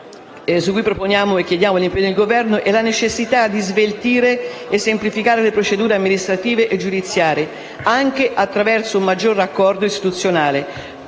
su cui chiediamo l'impegno del Governo è la necessità di sveltire e semplificare le procedure amministrative e giudiziarie, anche attraverso un maggiore raccordo istituzionale,